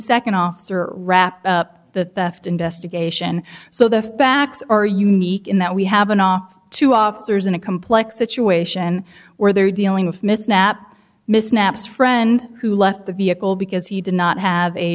second officer wrap up the investigation so the facts are unique in that we have an off two officers in a complex situation where they're dealing with miss knapp miss naps friend who left the vehicle because he did not have a